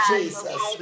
Jesus